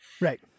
Right